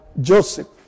Joseph